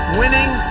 winning